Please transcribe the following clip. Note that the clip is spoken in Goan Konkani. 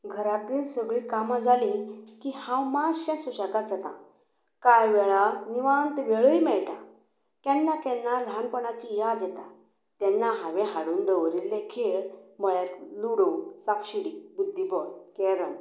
घरांतलीं सगलीं कामां जालीं की हांव मातशें सुशेगाद जाता कांय वेळा निवांत वेळय मेळटा केन्ना केन्ना ल्हानपणाची याद येता तेन्ना हांवें हाडून दवरिल्ले खेळ म्हणल्यार लुडो सापशिडी बुद्दीबळ कॅरम पत्ते